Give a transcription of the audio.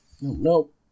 Nope